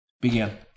began